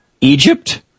Egypt